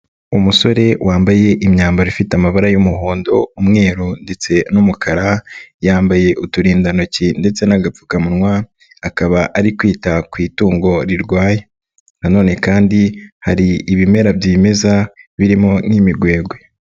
Umusore wambaye imyambaro ifite amabara y'umuhondo, umweru ndetse n'umukara, yambaye uturindantoki ndetse n'agapfukamunwa, akaba ari kwita ku itungo rirwaye. Nanone kandi hari ibimera byimeza birimo nk'imigwegwe.